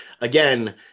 again